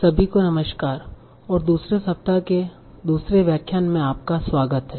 सभी को नमस्कार और दूसरे सप्ताह के दूसरे व्याख्यान में आपका स्वागत है